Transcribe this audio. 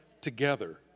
together